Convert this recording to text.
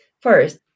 First